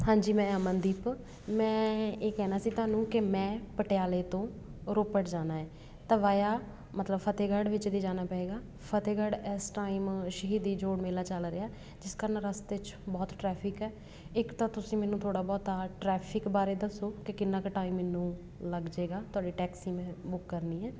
ਹਾਂਜੀ ਮੈਂ ਅਮਨਦੀਪ ਮੈਂ ਇਹ ਕਹਿਣਾ ਸੀ ਤੁਹਾਨੂੰ ਕਿ ਮੈਂ ਪਟਿਆਲੇ ਤੋਂ ਰੋਪੜ ਜਾਣਾ ਹੈ ਤਾਂ ਵਾਇਆ ਮਤਲਬ ਫਤਿਹਗੜ੍ਹ ਵਿੱਚ ਦੀ ਜਾਣਾ ਪਵੇਗਾ ਫਤਿਹਗੜ੍ਹ ਇਸ ਟਾਈਮ ਸ਼ਹੀਦੀ ਜੋੜ ਮੇਲਾ ਚੱਲ ਰਿਹਾ ਜਿਸ ਕਾਰਨ ਰਸਤੇ 'ਚ ਬਹੁਤ ਟਰੈਫਿਕ ਹੈ ਇੱਕ ਤਾਂ ਤੁਸੀਂ ਮੈਨੂੰ ਥੋੜ੍ਹਾ ਬਹੁਤਾ ਟਰੈਫਿਕ ਬਾਰੇ ਦੱਸੋ ਕਿ ਕਿੰਨਾ ਕੁ ਟਾਈਮ ਮੈਨੂੰ ਲੱਗ ਜਾਵੇਗਾ ਤੁਹਾਡੀ ਟੈਕਸੀ ਮੈਂ ਬੁੱਕ ਕਰਨੀ ਹੈ